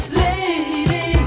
lady